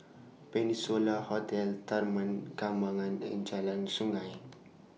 Peninsula Hotel Taman Kembangan and Jalan Sungei